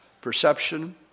perception